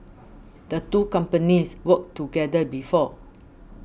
the two companies worked together before